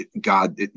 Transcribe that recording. God